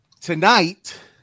Tonight